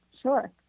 Sure